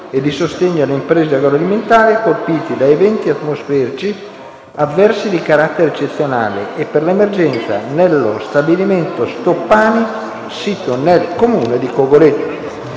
e di sostegno alle imprese agroalimentari colpite da eventi atmosferici avversi di carattere eccezionale e per l'emergenza nello stabilimento Stoppani, sito nel Comune di Cogoleto